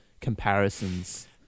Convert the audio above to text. comparisons